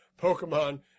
Pokemon